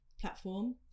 platform